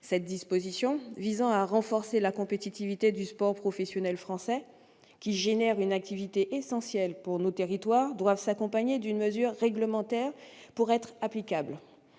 Cette disposition visant à renforcer la compétitivité du sport professionnel français, qui génère une activité essentielle pour nos territoires, doit s'accompagner d'une mesure réglementaire pour être applicable.